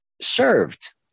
served